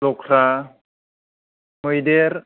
लख्रा मैदेर